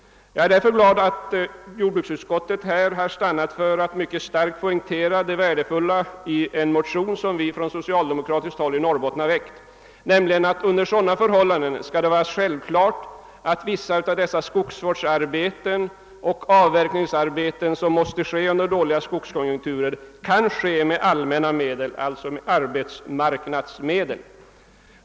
Jag är därför glad att jordbruksutskottet stannat för att kraftigt poängtera det värdefulla i en motion som vi från socialdemokratiskt håll i Norrbotten har väckt och som går ut på att det skall vara självklart att vissa av de skogsvårdsarbeten och avverkningsarbeten, som måste ske även under dåliga skogskonjunkturer, skall kunna genomföras med allmänna medel, alltså med arbetsmarknadsmedel.